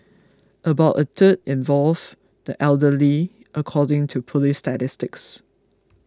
about a third involves the elderly according to police statistics